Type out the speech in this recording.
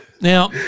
Now